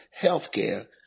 healthcare